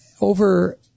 over